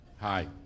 Hi